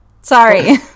Sorry